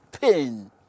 pain